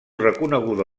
reconeguda